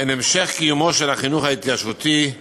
הן המשך קיומו של החינוך ההתיישבותי,